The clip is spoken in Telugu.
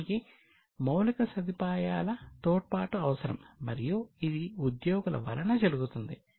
దీనికి మౌలిక సదుపాయాల తోడ్పాటు అవసరం మరియు ఇది ఉద్యోగుల వలన జరుగుతుంది